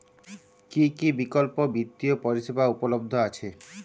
কী কী বিকল্প বিত্তীয় পরিষেবা উপলব্ধ আছে?